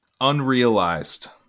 unrealized